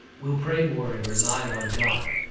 we'll pray more and rely on god.